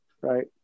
right